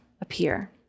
appear